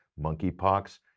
Monkeypox